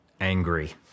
angry